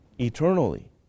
Eternally